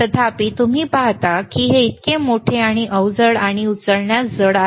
तथापि तुम्ही पाहता की हे डावे इतके मोठे आणि अवजड आणि उचलण्यास जड आहे